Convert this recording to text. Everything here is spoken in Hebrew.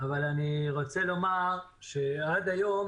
אבל אני רוצה לומר שעד היום